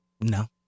No